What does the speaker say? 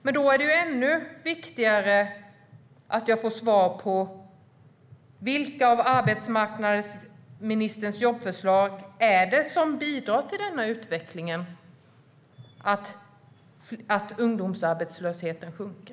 Men då är det ännu viktigare att jag får svar på vilka av arbetsmarknadsministerns jobbförslag som bidrar till utvecklingen, det vill säga att ungdomsarbetslösheten sjunker.